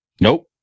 Nope